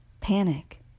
Panic